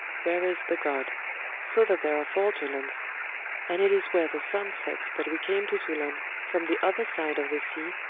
where is the god so that there are four tulans and it is where the sun sets that we came to tulan, from the other side of the sea,